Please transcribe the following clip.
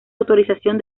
autorización